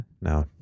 no